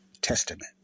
Testament